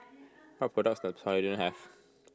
what products does Polident have